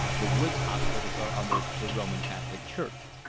the woods hospitals are under the roman catholic church.